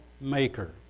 Maker